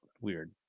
weird